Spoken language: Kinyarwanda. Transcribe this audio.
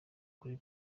kuri